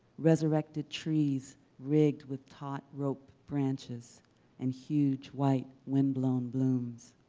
resurrected trees rigged with taut rope branches and huge white, wind-blown blooms.